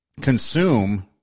consume